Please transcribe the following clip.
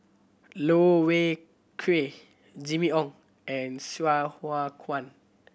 Loh Wai Kiew Jimmy Ong and Sai Hua Kuan